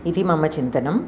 इति मम चिन्तनम्